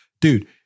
dude